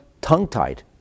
tongue-tied